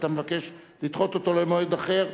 אתה מבקש לדחות אותו למועד אחר?